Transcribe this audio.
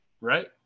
Right